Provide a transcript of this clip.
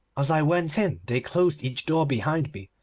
as i went in they closed each door behind me,